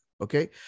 Okay